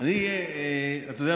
אני מסכים.